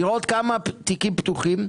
לראות כמה תיקים פתוחים,